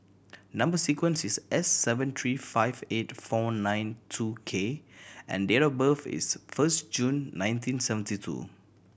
number sequence is S seven three five eight four nine two K and date of birth is first June nineteen seventy two